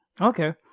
Okay